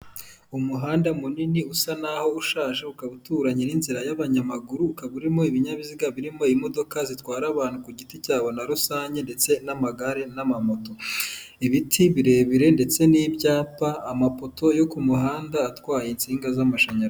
Umuhanda munini usa naho ushaje ukaba uturanye n'inzira y'abanyamaguru, ukaba urimo ibinyabiziga birimo imodoka zitwara abantu ku giti cyabo na rusange ndetse n'amagare n'amamoto. Ibiti birebire ndetse n'ibyapa, amapoto yo ku muhanda atwaye insinga z'amashanyarazi.